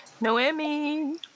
Noemi